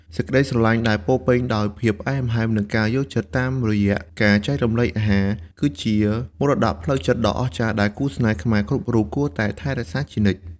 សេចក្ដីស្រឡាញ់ដែលពោរពេញដោយភាពផ្អែមល្ហែម និងការយល់ចិត្តតាមរយៈការចែករំលែកអាហារ គឺជាមរតកផ្លូវចិត្តដ៏អស្ចារ្យដែលគូស្នេហ៍ខ្មែរគ្រប់រូបគួរតែថែរក្សាជានិច្ច។